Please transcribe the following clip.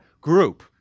group